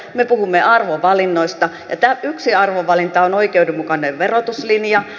me puhumme arvovalinnoista ja yksi arvovalinta on oikeudenmukainen verotuslinja